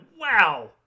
Wow